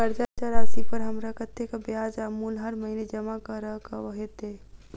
कर्जा राशि पर हमरा कत्तेक ब्याज आ मूल हर महीने जमा करऽ कऽ हेतै?